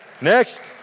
next